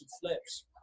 flips